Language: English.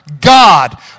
God